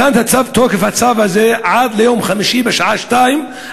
ותוקף הצו הזה הוא עד ליום חמישי בשעה 14:00,